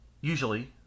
Usually